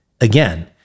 Again